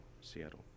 Seattle